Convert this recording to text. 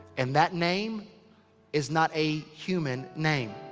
and that name is not a human name.